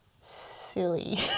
silly